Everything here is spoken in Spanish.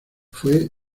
fue